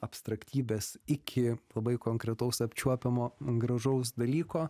abstraktybes iki labai konkretaus apčiuopiamo gražaus dalyko